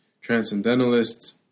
transcendentalists